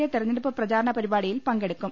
A തെരഞ്ഞെടുപ്പ് പ്രചാരണ പരിപാടി യിൽ പങ്കെടുക്കും